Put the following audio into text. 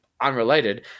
unrelated